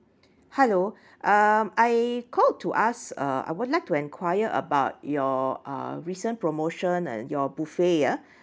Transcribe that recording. hello um I called to ask uh I would like to enquire about your uh recent promotion and your buffet ya